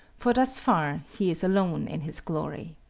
for thus far he is alone in his glory.